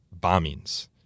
bombings